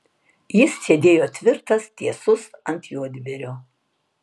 jis sėdėjo tvirtas tiesus ant juodbėrio